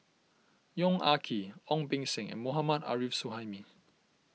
Yong Ah Kee Ong Beng Seng and Mohammad Arif Suhaimi